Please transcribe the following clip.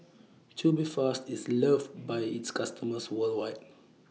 Tubifast IS loved By its customers worldwide